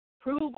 prove